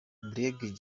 brig